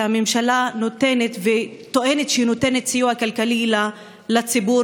והממשלה טוענת שהיא נותנת סיוע כלכלי לציבור.